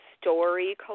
story